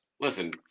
Listen